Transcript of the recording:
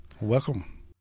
Welcome